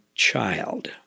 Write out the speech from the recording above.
child